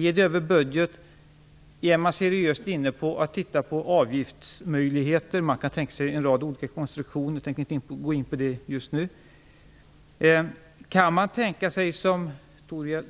Genom budgeten eller är man seriöst inne på olika avgiftsmöjligheter? Man kan tänka sig en rad olika konstruktioner som jag inte tänker gå in på just nu. Kan man tänka sig att som